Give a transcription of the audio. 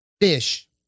fish